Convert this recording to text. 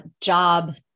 job